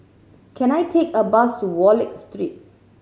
can I take a bus to Wallich Street